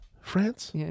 France